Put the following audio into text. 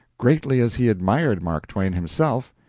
greatly as he admired mark twain himself,